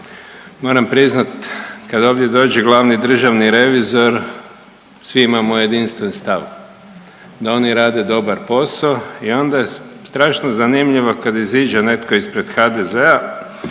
moram priznat kad ovdje dođe glavni državni revizor svi imamo jedinstven stav. Da oni rade dobar posao i onda je strašno zanimljivo kad iziđe netko ispred HDZ-a